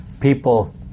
people